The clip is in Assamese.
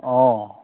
অঁ